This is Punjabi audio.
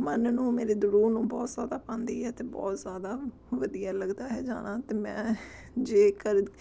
ਮਨ ਨੂੰ ਮੇਰੇ ਦੁਰੋ ਨੂੰ ਬਹੁਤ ਜ਼ਿਆਦਾ ਭਾਉਂਦੀ ਹੈ ਅਤੇ ਬਹੁਤ ਜ਼ਿਆਦਾ ਵਧੀਆ ਲੱਗਦਾ ਹੈ ਜਾਣਾ ਅਤੇ ਮੈਂ ਜੇਕਰ